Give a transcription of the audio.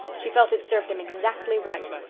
she felt it served him exactly right.